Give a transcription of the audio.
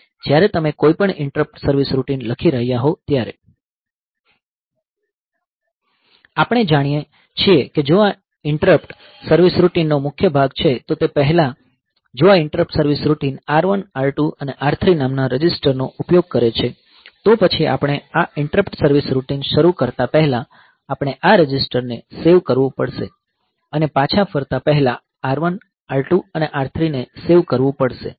જ્યારે તમે કોઈપણ ઇંટરપ્ટ સર્વીસ રૂટીન લખી રહ્યા હોવ ત્યારે આપણે જાણીએ છીએ કે જો આ ઈંટરપ્ટ સર્વીસ રૂટિન નો મુખ્ય ભાગ છે તો તે પહેલાં જો આ interrupt service routine R1 R2 અને R3 નામના રજિસ્ટરનો ઉપયોગ કરે છે તો પછી આપણે આ ઈંટરપ્ટ સર્વીસ રુટિન શરૂ કરતા પહેલા આપણે આ રજિસ્ટરને સેવ કરવું પડશે અને પાછા ફરતા પહેલા R1 R2 અને R3 ને સેવ કરવું પડશે